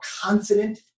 confident